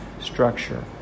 structure